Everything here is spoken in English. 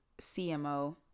CMO